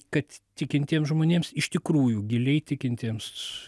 kad tikintiems žmonėms iš tikrųjų giliai tikintiems